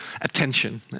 attention